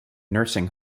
nursing